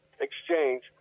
Exchange